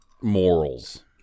morals